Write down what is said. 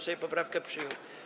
Sejm poprawki przyjął.